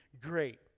great